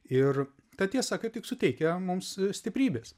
ir ta tiesa kaip tik suteikia mums stiprybės